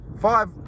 five